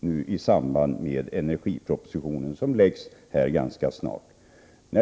framföras i samband med energipropositionen, som läggs fram ganska snart.